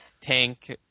tank